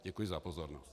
Děkuji za pozornost.